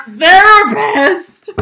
therapist